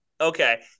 okay